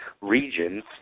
region